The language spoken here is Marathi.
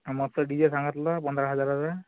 मस्त डी जे सांगितला पंधरा हजाराचा